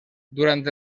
durant